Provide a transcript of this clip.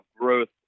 growth